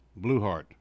Blueheart